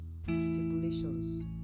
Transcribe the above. stipulations